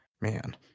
man